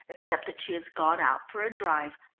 except that she has gone out for a drive.